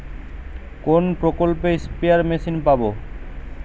কোন প্রকল্পে spare machine পাব?